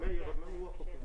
מאיר יתחיל.